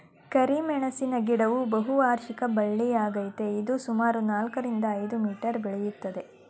ಕರಿಮೆಣಸಿನ ಗಿಡವು ಬಹುವಾರ್ಷಿಕ ಬಳ್ಳಿಯಾಗಯ್ತೆ ಇದು ಸುಮಾರು ನಾಲ್ಕರಿಂದ ಐದು ಮೀಟರ್ ಬೆಳಿತದೆ